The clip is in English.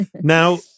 Now